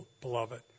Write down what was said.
beloved